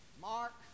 Mark